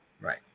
Right